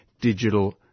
digital